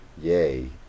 yay